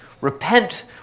Repent